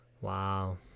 Wow